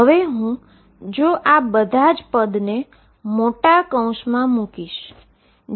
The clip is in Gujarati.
અને હવે હું આ બધા જ પદ ને મોટા કૌંસમાં મૂકીશ